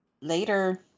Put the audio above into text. Later